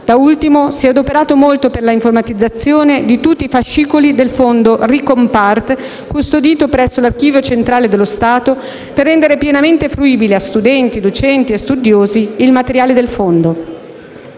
Da ultimo, si è adoperato molto per la informatizzazione di tutti i fascicoli del fondo Ricompart, custodito presso l'Archivio centrale dello Stato, per rendere pienamente fruibile a studenti, docenti e studiosi il materiale del fondo.